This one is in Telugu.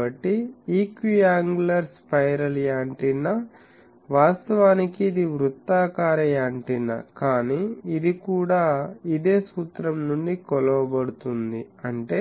కాబట్టి ఈక్వియాంగులర్ స్పైరల్ యాంటెన్నా వాస్తవానికి ఇది వృత్తాకార యాంటెన్నా కానీ ఇది కూడా ఇదే సూత్రం నుండి కొలవబడుతుంది అంటే